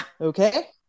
Okay